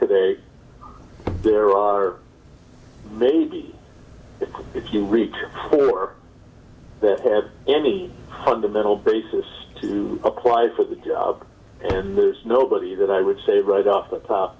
today there are maybe if you read four that had any fundamental basis to apply for the job and there's nobody that i would say right off the top